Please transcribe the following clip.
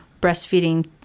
breastfeeding